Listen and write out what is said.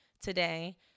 today